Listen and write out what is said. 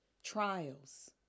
trials